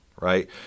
right